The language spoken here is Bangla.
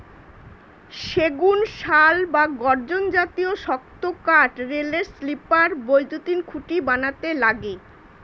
সেগুন, শাল বা গর্জন জাতীয় শক্ত কাঠ রেলের স্লিপার, বৈদ্যুতিন খুঁটি বানাতে লাগে